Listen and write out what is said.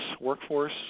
workforce